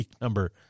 number